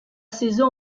saison